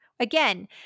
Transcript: Again